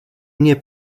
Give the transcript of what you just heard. mně